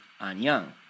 Anyang